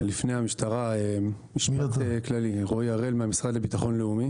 מהמשרד לביטחון לאומי.